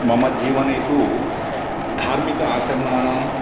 मम जीवने तु धार्मिकम् आचरणानाम्